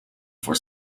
for